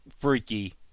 freaky